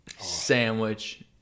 sandwich